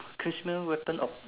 personal weapon of